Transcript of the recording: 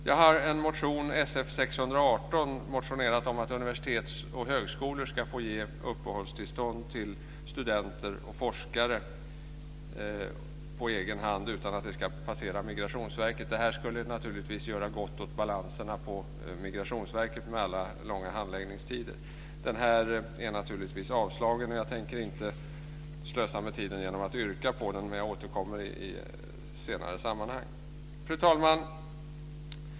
Jag har i en motion Sf618 motionerat om att universitet och högskolor ska få ge uppehållstillstånd till studenter och forskare på egen hand utan att det ska passera Migrationsverket. Det här skulle naturligtvis göra gott åt balanserna på Migrationsverket med alla långa handläggningstider. Den avstyrks naturligtvis, och jag tänker inte slösa med tiden genom att yrka på den. Jag återkommer i senare sammanhang. Fru talman!